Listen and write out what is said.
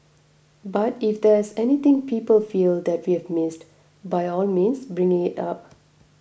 but if there's anything people feel that we've missed by all means bring it up